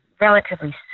relatively